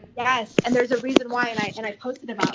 yes. and there's a reason why and i and i posted it.